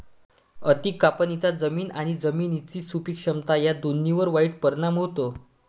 अति कापणीचा जमीन आणि जमिनीची सुपीक क्षमता या दोन्हींवर वाईट परिणाम होतो